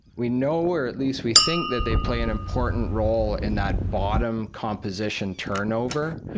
we know, or at least we think, that they play an important role in that bottom composition turnover.